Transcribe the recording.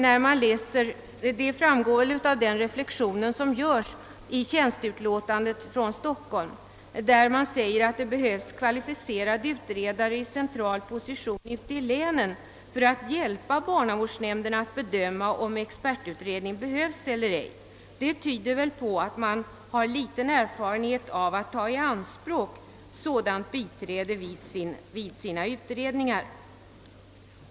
Detta framgår av den reflexion som göres i remissutlåtandet från Stockholms barnavårdsnämnd där man säger att det behövs kvalificerade utredare i central position i länen för att hjälpa barnavårdsnämnderna att bedöma, om expertutredning behövs eller ej. Det tyder på att man har ringa erfarenhet av att ta i anspråk sådant biträde vid sina utredningar.